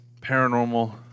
paranormal